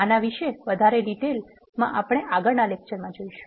આના વિષે વધારે ડીટેલ માં આપણે આગળનાં લેકચર માં જોઈશું